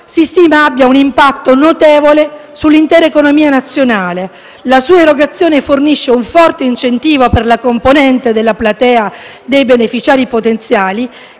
si stima abbia un impatto notevole sull'intera economia nazionale. La sua erogazione fornisce un forte incentivo per la componente della platea di beneficiari potenziali